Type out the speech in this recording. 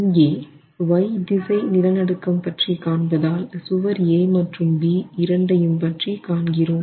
இங்கே Y திசை நிலநடுக்கம் பற்றி காண்பதால் சுவர் A மற்றும் B இரண்டையும் பற்றி காண்கிறோம்